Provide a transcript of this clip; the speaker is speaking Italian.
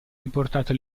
riportato